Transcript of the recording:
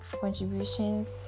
contributions